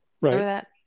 right